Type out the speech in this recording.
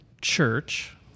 church